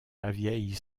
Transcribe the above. lavieille